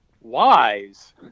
wise